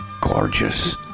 gorgeous